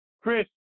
Chris